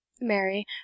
Mary